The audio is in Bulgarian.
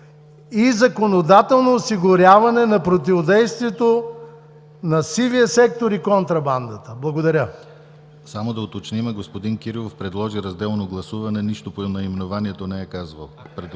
и законодателно осигуряване на противодействието на сивия сектор и контрабандата. Благодаря.